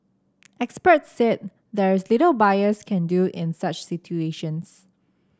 experts said there is little buyers can do in such situations